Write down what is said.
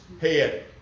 head